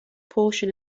portion